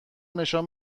نشان